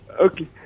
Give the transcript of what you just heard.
Okay